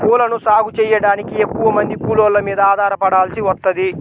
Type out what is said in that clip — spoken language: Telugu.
పూలను సాగు చెయ్యడానికి ఎక్కువమంది కూలోళ్ళ మీద ఆధారపడాల్సి వత్తది